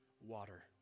water